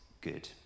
good